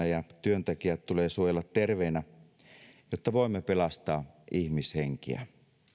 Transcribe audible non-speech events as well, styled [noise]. [unintelligible] ja työntekijät tulee suojella terveinä jotta voimme pelastaa ihmishenkiä